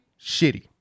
shitty